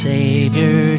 Savior